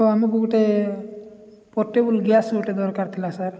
ତ ଆମକୁ ଗୋଟେ ପୋର୍ଟେବୁଲ୍ ଗ୍ୟାସ୍ ଗୋଟେ ଦରକାର ଥିଲା ସାର୍